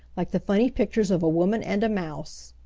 like the funny pictures of a woman and a mouse.